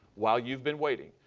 while you've been waiting,